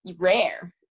rare